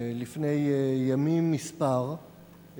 לפני ימים מספר,